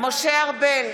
משה ארבל,